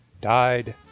died